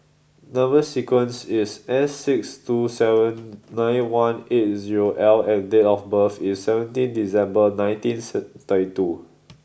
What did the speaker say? number sequence is S six two seven nine one eight zero L and date of birth is seventeen December nineteen seed thirty two